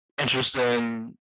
interesting